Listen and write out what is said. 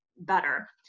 better